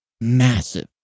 massive